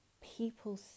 people